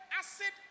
acid